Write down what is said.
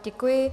Děkuji.